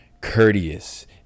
courteous